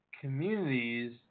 communities